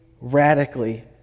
radically